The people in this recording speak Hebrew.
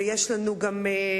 יש לנו דיונים,